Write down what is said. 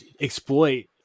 exploit